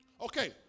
Okay